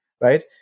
Right